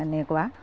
এনেকুৱা